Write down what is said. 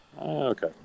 Okay